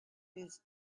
his